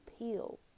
appeal